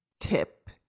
tip